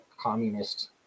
communist